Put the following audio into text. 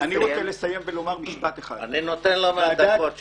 אני נותן לו מהדקות שלי.